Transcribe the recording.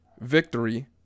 Victory